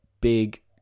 big